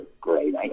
great